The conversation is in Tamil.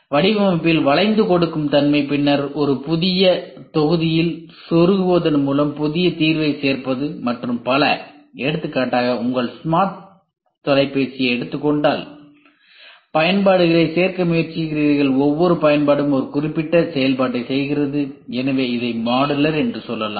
வடிவமைப்பில் வளைந்து கொடுக்கும் தன்மை பின்னர் ஒரு புதிய தொகுதியில் சொருகுவதன் மூலம் புதிய தீர்வைச் சேர்ப்பது மற்றும் பல எடுத்துக்காட்டாக உங்கள் ஸ்மார்ட் தொலைபேசியை எடுத்துக்கொண்டால் பயன்பாடுகளைச் சேர்க்க முயற்சிக்கிறீர்கள் ஒவ்வொரு பயன்பாடும் ஒரு குறிப்பிட்ட செயல்பாட்டைச் செய்கிறது எனவே இதை மாடுலர் என்று சொல்லலாம்